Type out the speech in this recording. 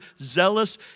zealous